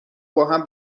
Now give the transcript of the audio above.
باهم